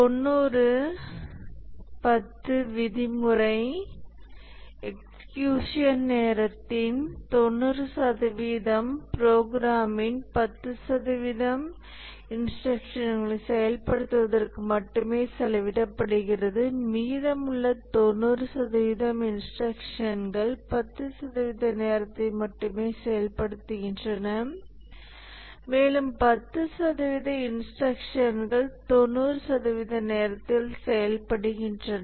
90 10 விதிமுறை எக்ஸகியூஷன் நேரத்தின் 90 சதவிகிதமும் ப்ரோக்ராமின் 10 சதவீதம் இன்ஸ்ட்ரக்ஷன்களை செயல்படுத்துவதற்கு மட்டுமே செலவிடப்படுகிறது மீதமுள்ள 90 சதவிகிதம் இன்ஸ்ட்ரக்ஷன்கள் 10 சதவிகித நேரத்தை மட்டுமே செயல்படுத்துகின்றன மேலும் 10 சதவிகித இன்ஸ்டரக்ஷன்கள் 90 சதவிகிதம் நேரத்தில் செயல்படுகின்றன